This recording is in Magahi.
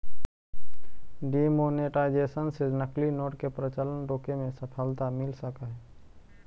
डिमॉनेटाइजेशन से नकली नोट के प्रचलन रोके में सफलता मिल सकऽ हई